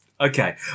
okay